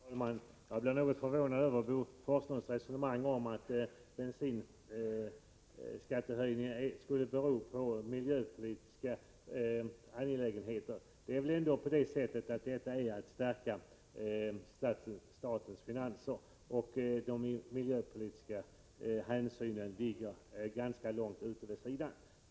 Fru talman! Jag blev något förvånad över Bo Forslunds resonemang om att skälen till bensinskattehöjningen skulle vara miljöpolitiska. Höjningen beror snarare på att regeringen vill stärka statens finanser, och de miljöpolitiska motiven ligger ganska långt borta.